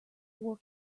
wore